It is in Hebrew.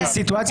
בסיטואציה